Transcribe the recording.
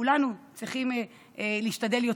כולנו צריכים להשתדל יותר.